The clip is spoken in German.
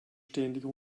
ständig